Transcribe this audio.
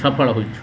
ସଫଳ ହୋଇଛୁ